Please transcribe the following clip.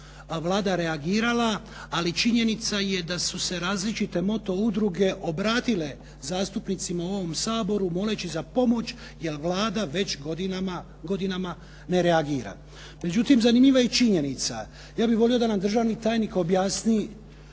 Vlada reagirala ali činjenica je da su se različite moto udruge obratile zastupnicima u ovom Saboru moleći za pomoć jer Vlada već godina ne reagira. Međutim, zanimljiva je i činjenica, ja bih volio da nam državni tajnik objasni